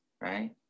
right